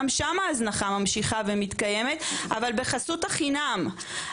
גם שם ההזנחה ממשיכה ומתקיימת אבל בחסות החינם,